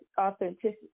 authenticity